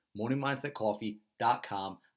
Morningmindsetcoffee.com